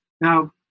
now